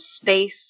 space